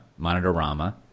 Monitorama